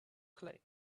clay